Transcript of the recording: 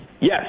Yes